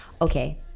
Okay